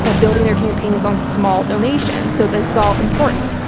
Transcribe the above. ah building their campaigns on small donations, so this is all important.